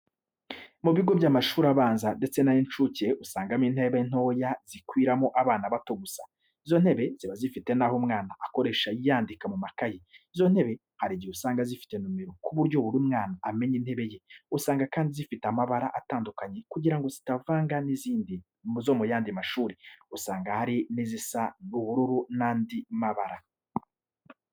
Mu bigo by'amashuri abanza ndetse nay' incuke usangamo intebe ntoya zikwiramo abana bato gusa. Izo ntebe ziba zifite naho umwana akoresha yandika mu makayi, izo ntebe hari igihe usanga zifite numero kuburyo buri mwana amenya intebe ye. Usanga kandi zifite amabara atandukanye kugira ngo zitivanga nizindi zo muyandi mashuri. Usanga hari izisa ubururu nandi mabara.